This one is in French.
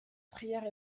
prière